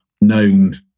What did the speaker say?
known